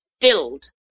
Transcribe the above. filled